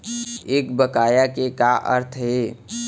एक बकाया के का अर्थ हे?